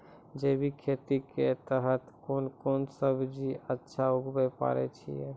जैविक खेती के तहत कोंन कोंन सब्जी अच्छा उगावय पारे छिय?